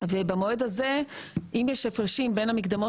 ובמועד הזה אם יש הפרשים בין המקדמות